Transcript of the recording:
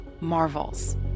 Marvels